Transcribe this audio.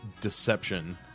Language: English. deception